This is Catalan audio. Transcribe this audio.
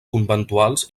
conventuals